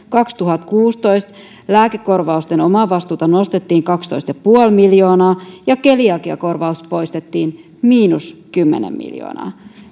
kaksituhattakuusitoista lääkekorvausten omavastuuta nostettiin kaksitoista pilkku viisi miljoonaa ja keliakiakorvaus poistetiin miinus kymmenen miljoonaa